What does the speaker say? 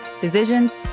decisions